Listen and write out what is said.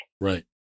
Right